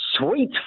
sweet